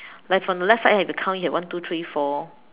like from the left side have to count here one two three four